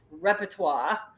repertoire